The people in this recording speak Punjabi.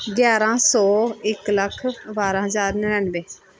ਗਿਆਰਾਂ ਸੌ ਇੱਕ ਲੱਖ ਬਾਰਾਂ ਹਜ਼ਾਰ ਨੜਿਨਵੇਂ